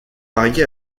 mariée